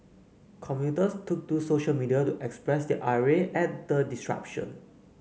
commuters took to social media to express their ire at the disruption